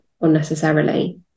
unnecessarily